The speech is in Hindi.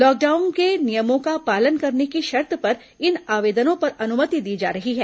लॉकडाउन के नियमों का पालन करने की शर्त पर इन आवेदनों पर अनुमति दी जा रही है